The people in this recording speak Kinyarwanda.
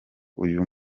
uyu